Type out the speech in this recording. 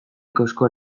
kozkor